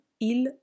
il